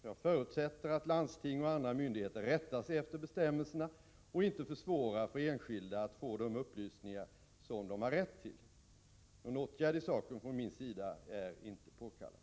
Jag förutsätter att landsting och andra myndigheter rättar sig efter bestämmelserna och inte försvårar för enskilda att få de upplysningar som de har rätt till. Någon åtgärd i saken från min sida är inte påkallad.